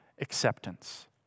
acceptance